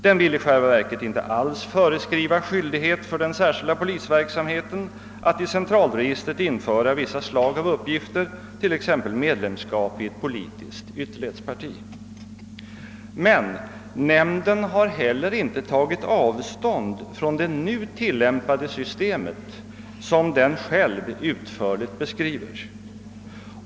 Den vill i själva verket inte alls föreskriva skyldighet för den särskilda polisverksamheten att i centralregistret införa vissa slag av uppgifter, t.ex. medlemskap i ett politiskt ytterlighetsparti. Nämnden har emellertid heller inte tagit avstånd från det nu tillämpade systemet, som den själv utförligt beskriver.